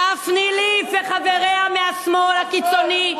דפני ליף וחבריה מהשמאל הקיצוני,